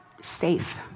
safe